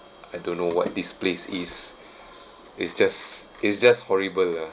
I don't know what this place is it's just it's just horrible lah